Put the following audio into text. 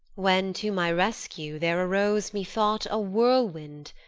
when to my rescue there arose, methought, a whirlwind,